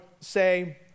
say